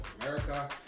America